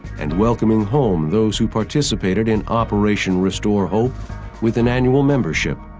and welcoming home those who participated in operation restore hope with an annual membership.